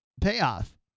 payoff